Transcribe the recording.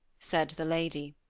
said the lady.